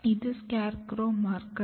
இது SCARECROW marker